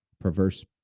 Perverse